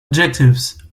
adjectives